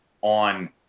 on